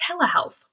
telehealth